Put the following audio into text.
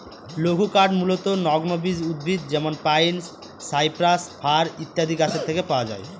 লঘুকাঠ মূলতঃ নগ্নবীজ উদ্ভিদ যেমন পাইন, সাইপ্রাস, ফার ইত্যাদি গাছের থেকে পাওয়া যায়